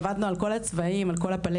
עברנו על כל הצבעים, על כל הפאלטה.